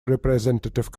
representative